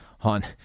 on